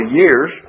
years